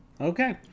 Okay